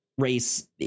race